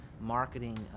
marketing